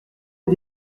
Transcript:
des